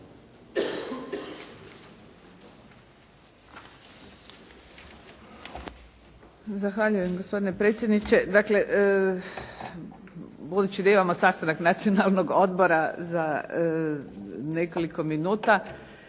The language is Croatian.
Zahvaljujem gospodine predsjedniče. Dakle, budući da imamo sastanak Nacionalnog odbora za nekoliko minuta,